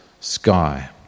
sky